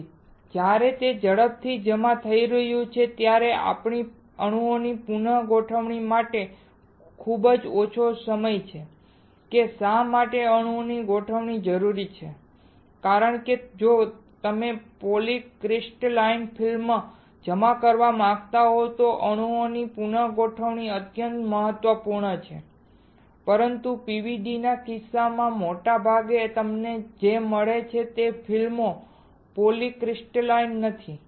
તેથી જ્યારે તે ઝડપથી જમા થઈ રહ્યું છે ત્યારે આપણી પાસે અણુઓની પુનગોઠવણી માટે ખૂબ ઓછો સમય છે કે શા માટે અણુઓની ગોઠવણ જરૂરી છે કારણ કે જો તમે પોલીક્રિસ્ટલાઇન ફિલ્મ જમા કરવા માંગતા હોવ તો અણુઓની પુન ગોઠવણી અત્યંત મહત્વપૂર્ણ છે પરંતુ PVD ના કિસ્સામાં મોટા ભાગે તમને જે મળે છે તે ફિલ્મો પોલીક્રિસ્ટલાઇન નથી